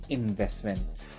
investments